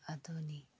ꯑꯗꯨꯅꯤ